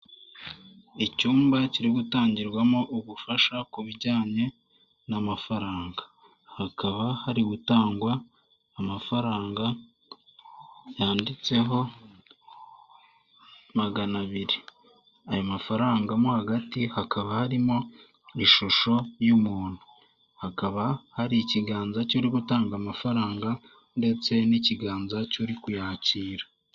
Icyumba kiri gutangirwamo ubufasha ku bijyanye n'amafaranga. Hakaba hari gutangwa amafaranga yanditseho magana abiri. Ayo mafaranga mo hagati hakaba harimo ishusho y'umuntu hakaba hari ikiganza kiri gutanga amafaranga, ndetse n'ikiganza cy'uri kuyakira.